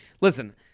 Listen